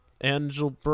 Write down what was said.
Angel